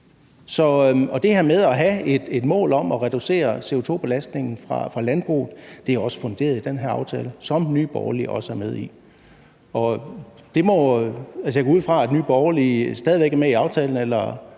det her med at have et mål om at reducere CO2-belastningen fra landbruget er også funderet i den her aftale, som Nye Borgerlige også er med i. Jeg går ud fra, at Nye Borgerlige stadig væk er med i aftalen.